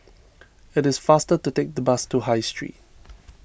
it is faster to take the bus to High Street